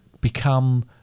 become